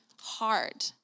hard